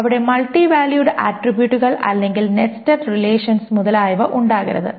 അവിടെ multi valued ആട്രിബ്യൂട്ടുകൾ അല്ലെങ്കിൽ നെസ്റ്റഡ് റിലേഷൻസ് മുതലായവ ഉണ്ടാകരുത്